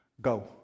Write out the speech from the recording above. go